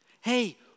Hey